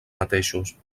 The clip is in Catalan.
mateixos